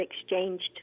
exchanged